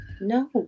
No